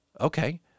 Okay